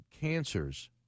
cancers